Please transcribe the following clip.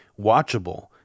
watchable